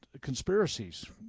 conspiracies